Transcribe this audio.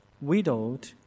widowed